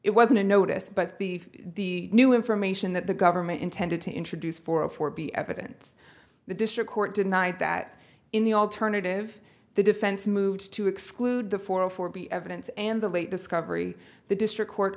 it wasn't a notice but the new information that the government intended to introduce for a four b evidence the district court denied that in the alternative the defense moved to exclude the four hundred four b evidence and the late discovery the district court